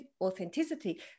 authenticity